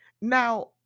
Now